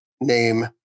name